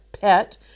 pet